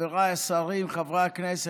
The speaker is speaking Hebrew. חבריי השרים, חברי הכנסת,